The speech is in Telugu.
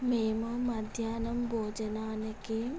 మేము మధ్యాహ్నం భోజనానికి